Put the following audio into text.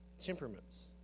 temperaments